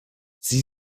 sie